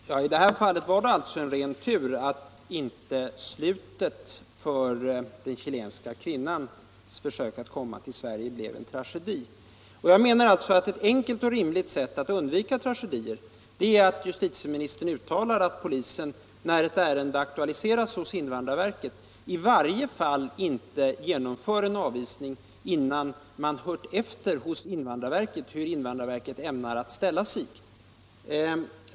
Herr talman! I det här fallet var det alltså ren tur att inte slutet på den chilenska kvinnans försök att komma till Sverige blev en tragedi. Jag menar att ett enkelt och rimligt sätt att undvika tragedier är att justitieministern uttalar att polisen — när ett ärende aktualiseras hos invandrarverket — i varje fall inte genomför en avvisning innan man hört efter hos invandrarverket hur detta ämnar ställa sig.